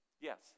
Yes